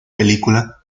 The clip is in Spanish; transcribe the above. película